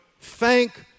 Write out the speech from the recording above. thank